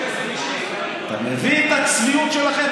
אתה מבין את הצביעות שלכם?